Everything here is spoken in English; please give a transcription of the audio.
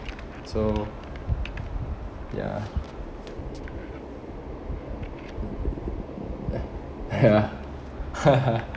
so ya ya